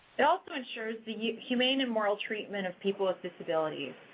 it also ensures the humane and moral treatment of people with disabilities.